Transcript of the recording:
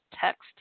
text